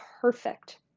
perfect